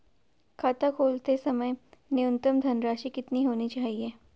खाता खोलते समय न्यूनतम धनराशि कितनी होनी चाहिए?